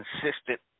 consistent